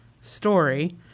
story